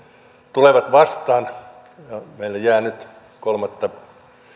tulevat vastaan meille jää nyt kolmatta